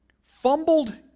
fumbled